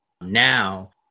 Now